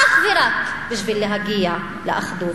אך ורק כדי להגיע לאחדות.